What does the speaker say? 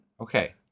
Okay